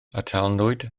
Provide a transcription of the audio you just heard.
atalnwyd